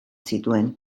zituen